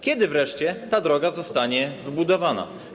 Kiedy wreszcie ta droga zostanie wybudowana?